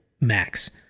max